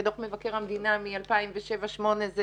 ודוח מבקר המדינה מ-2007-8 זה